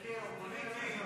20 יום משרת במילואים.